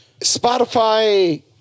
Spotify